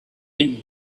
him